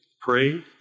pray